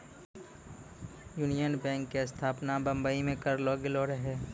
union bank के स्थापना बंबई मे करलो गेलो रहै